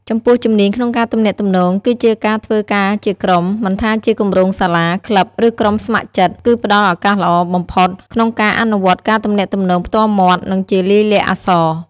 ចំពោះជំនាញក្នុងការទំនាក់ទំនង គឺជាការធ្វើការជាក្រុម មិនថាជាគម្រោងសាលា ក្លឹប ឬក្រុមស្ម័គ្រចិត្ត គឺផ្តល់ឱកាសល្អបំផុតក្នុងការអនុវត្តការទំនាក់ទំនងផ្ទាល់មាត់ និងជាលាយលក្ខណ៍អក្សរ។